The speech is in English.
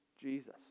jesus